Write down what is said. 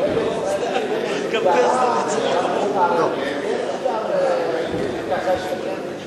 אבל אי-אפשר להתכחש לעובדה שמפלגת ישראל ביתנו מתגרה בערבים.